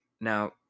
Now